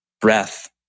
breath